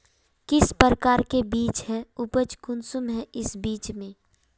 किस प्रकार के बीज है उपज कुंसम है इस बीज में?